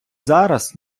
зараз